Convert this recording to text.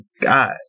god